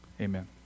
amen